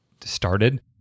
started